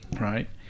Right